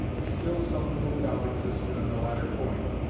still some little doubt existed on the latter point,